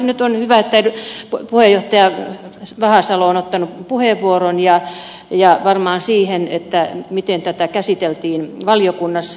nyt on hyvä että puheenjohtaja vahasalo on ottanut puheenvuoron ja varmaan kertoo siitä miten tätä käsiteltiin valiokunnassa